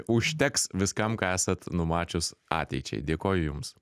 užteks viskam ką esat numačius ateičiai dėkoju jums